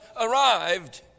arrived